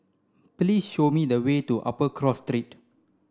please show me the way to Upper Cross Street